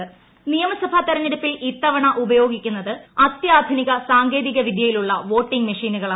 voting machine നിയമസഭ തെരഞ്ഞെടുപ്പിൽ ഇത്തവണ ഉപയോഗിക്കുന്നത് അത്യാധുനിക സാങ്കേതിക വിദ്യയിലുള്ള വോട്ടിങ് മെഷിനുകൾ